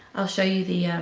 i'll show you the